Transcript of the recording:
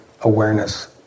awareness